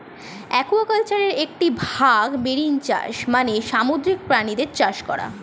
অ্যাকুয়াকালচারের একটি ভাগ মেরিন চাষ মানে সামুদ্রিক প্রাণীদের চাষ করা